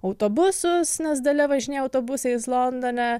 autobusus nes dalia važinėja autobusais londone